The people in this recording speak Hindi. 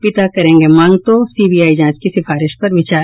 पिता करेंगे मांग तो सीबीआइ जांच की सिफारिश पर विचार